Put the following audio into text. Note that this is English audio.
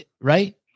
Right